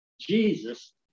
Jesus